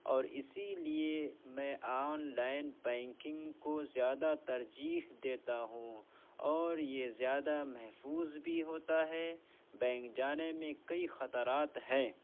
اور اسی لیے میں آن لائن بینکنگ کو زیادہ ترجیح دیتا ہوں اور یہ زیادہ محفوظ بھی ہوتا ہے بینک جانے میں کئی خطرات ہیں